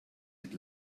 with